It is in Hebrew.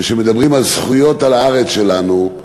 וכשמדברים על זכויות על הארץ שלנו,